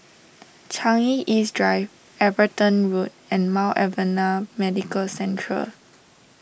Changi East Drive Everton Road and Mount Alvernia Medical Central